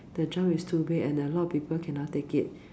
the jump is too big and a lot of people cannot take it